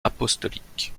apostolique